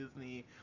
Disney